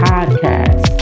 Podcast